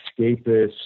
escapist